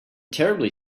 terribly